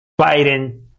Biden